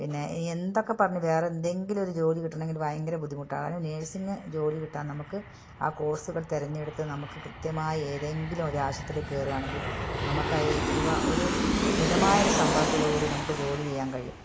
പിന്നെ അ എന്തൊക്കെ പറഞ്ഞ് വേറെ എന്തെങ്കിലും ഒരു ജോലി കിട്ടണമെങ്കിൽ ഭയങ്കര ബുദ്ധിമുട്ടാണ് കാരണം നഴ്സിംഗ് ജോലി കിട്ടാൻ നമുക്ക് ആ കോഴ്സുകൾ തെരഞ്ഞെടുത്ത് നമുക്ക് കൃത്യമായി ഏതെങ്കിലും ഒരു ആശുത്രി കയറുവാണെങ്കിൽ നമുക്കത് അയ് ഒരു ഒരു മിതമായ ഒരു ശമ്പളത്തോൂടു കൂടി നമുക്ക് ജോലി ചെയ്യാൻ കഴിയും